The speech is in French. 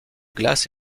glace